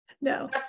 No